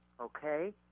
okay